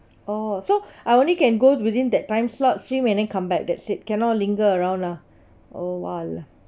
oh so I only can go within that time slots swim and then come back that's it cannot linger around lah oh